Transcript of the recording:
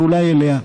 ואולי לה.